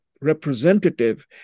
representative